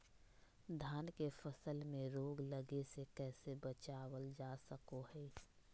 धान के फसल में रोग लगे से कैसे बचाबल जा सको हय?